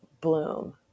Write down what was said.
bloom